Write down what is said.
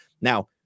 Now